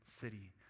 city